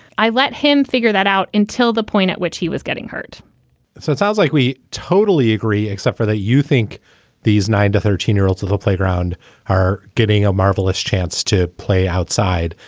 i let him figure that out until the point at which he was getting hurt so it sounds like we totally agree, except for that. you think these nine to thirteen year olds to the playground are getting a marvelous chance to play outside.